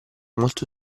molto